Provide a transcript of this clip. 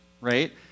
right